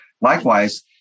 Likewise